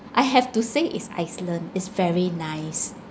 I have to say is iceland it's very nice